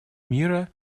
мира